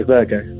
Virgo